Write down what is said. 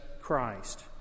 Christ